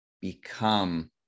Become